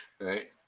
right